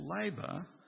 labour